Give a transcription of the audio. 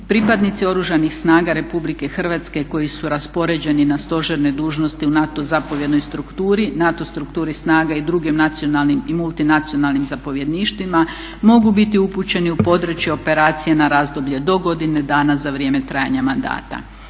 Pripadnici Oružanih snaga RH koji su raspoređeni na stožerne dužnosti u NATO zapovjednoj strukturi, NATO strukturi snaga i drugim nacionalnim i multinacionalnim zapovjedništvima mogu biti upućeni u područje operacije na razdoblje do godine dana za vrijeme trajanja mandata.